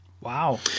Wow